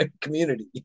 community